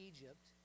Egypt